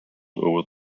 over